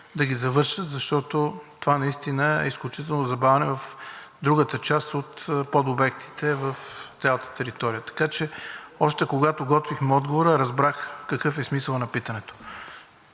да ги завършат, защото това е изключително забавяне в другата част от подобектите в цялата територия. Така че още когато готвихме отговора, разбрах какъв е смисълът на питането.